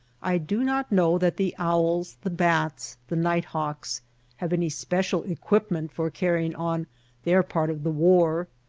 i do not know that the owls, the bats, the night-hawks have any special equipment for carrying on their part of the war.